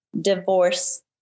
divorce